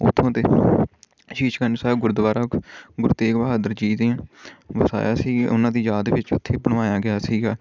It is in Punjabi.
ਉੱਥੋਂ ਦੇ ਸ਼ੀਸ਼ ਗੰਜ ਸਾਹਿਬ ਗੁਰਦੁਆਰਾ ਗੁਰੂ ਤੇਗ ਬਹਾਦਰ ਜੀ ਨੇ ਵਸਾਇਆ ਸੀ ਉਹਨਾਂ ਦੀ ਯਾਦ ਵਿੱਚ ਉੱਥੇ ਬਣਵਾਇਆ ਗਿਆ ਸੀਗਾ